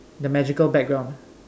the magical background